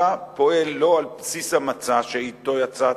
אתה פועל לא על בסיס המצע שאתו יצאת.